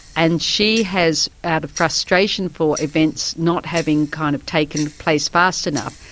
and she has, out of frustration for events not having kind of taken place fast enough,